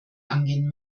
angehen